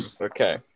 okay